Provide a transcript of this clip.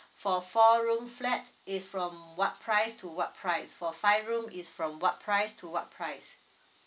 for four room flat is from what price to what price for five room is from what price to what price